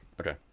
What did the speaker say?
Okay